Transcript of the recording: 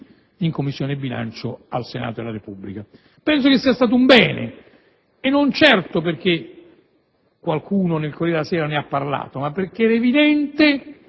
in Commissione bilancio al Senato della Repubblica. Credo che sia stato un bene e non certo perché qualcuno sul "Corriere della Sera" ne ha parlato, ma perché era evidente